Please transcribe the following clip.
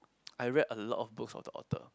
I read a lot of books of the author